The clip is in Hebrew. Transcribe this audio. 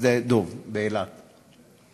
שדה-דב באילת.